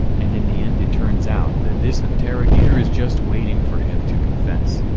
and in the end it turns out that this interrogator is just waiting for him to confess.